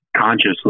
consciously